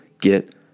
get